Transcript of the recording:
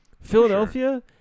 Philadelphia